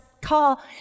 call